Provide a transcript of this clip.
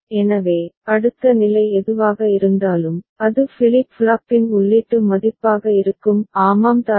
எனவே அடுத்த நிலை எதுவாக இருந்தாலும் அது ஃபிளிப் ஃப்ளாப்பின் உள்ளீட்டு மதிப்பாக இருக்கும் ஆமாம் தானே